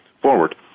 forward